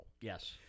Yes